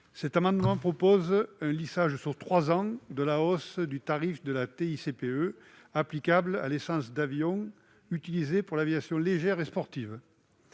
rectifié. Nous proposons un lissage sur trois ans de la hausse du tarif de la TICPE applicable à l'essence d'aviation utilisée pour l'aviation légère et sportive.